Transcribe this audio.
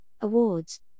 awards